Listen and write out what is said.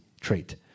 trait